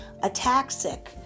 ataxic